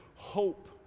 Hope